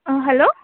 অঁ হেল্ল